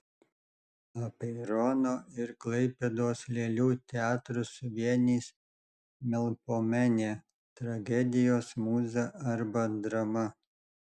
apeirono ir klaipėdos lėlių teatrus suvienys melpomenė tragedijos mūza arba drama